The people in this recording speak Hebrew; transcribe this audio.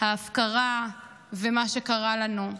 ההפקרה ומה שקרה לנו.